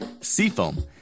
Seafoam